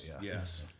yes